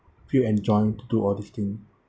feel enjoy to do all this thing